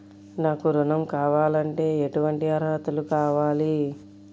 నాకు ఋణం కావాలంటే ఏటువంటి అర్హతలు కావాలి?